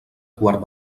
quart